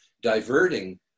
diverting